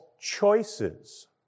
choices